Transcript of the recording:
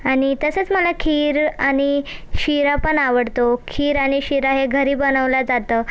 आणि तसंच मला खीर आणि शिरा पण आवडतो खीर आणि शिरा हे घरी बनवलं जातं